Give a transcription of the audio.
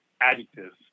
adjectives